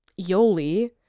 Yoli